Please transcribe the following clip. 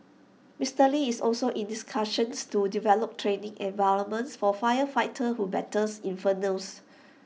Mister lee is also in discussions to develop training environments for firefighters who battles infernos